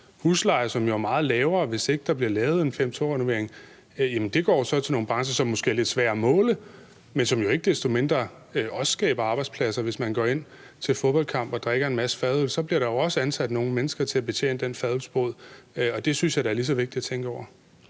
husleje, som jo er meget lavere, hvis ikke der blev lavet en 5.2-renovering, går så til nogle brancher, som måske er lidt sværere at måle, men som jo ikke desto mindre også skaber arbejdspladser. Hvis man går ind til en fodboldkamp og drikker en masse fadøl, så bliver der jo også ansat nogle mennesker til at betjene den fadølsbod, og det synes jeg da er lige så vigtigt at tænke over.